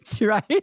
right